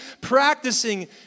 practicing